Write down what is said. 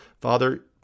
Father